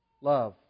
love